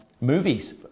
movies